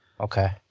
Okay